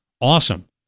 Awesome